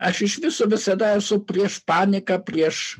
aš iš viso visada esu prieš paniką prieš